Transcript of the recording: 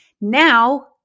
Now